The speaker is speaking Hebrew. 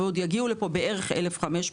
ויגיעו בערך עוד 1,500,